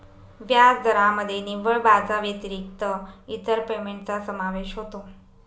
व्याजदरामध्ये निव्वळ व्याजाव्यतिरिक्त इतर पेमेंटचा समावेश होतो